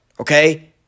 Okay